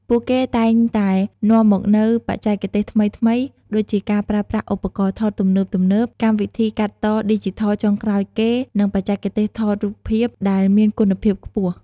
ពួកគេតែងតែនាំមកនូវ បច្ចេកទេសថ្មីៗ ដូចជាការប្រើប្រាស់ឧបករណ៍ថតទំនើបៗ កម្មវិធីកាត់តឌីជីថលចុងក្រោយគេ និងបច្ចេកទេសថតរូបភាពដែលមានគុណភាពខ្ពស់។